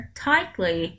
tightly